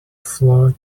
flour